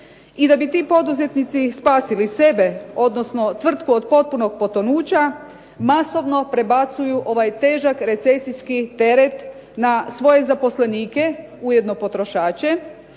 i da bi ti poduzetnici spasili sebe odnosno tvrtku od potpunog potonuća masovno prebacuju ovaj težak recesijski teret na svoje zaposlenike ujedno i potrošače,